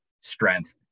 strength